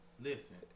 Listen